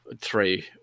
three